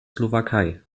slowakei